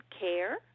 care